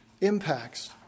impacts